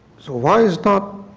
so why is not